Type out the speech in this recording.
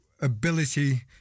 Ability